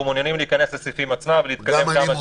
אנחנו מעוניינים להיכנס לסעיפים עצמם ולהתקדם כמה שיותר מהר.